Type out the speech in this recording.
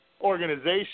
organization